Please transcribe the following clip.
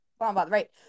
Right